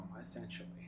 essentially